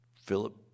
Philip